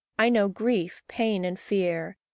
i know grief, pain, and fear.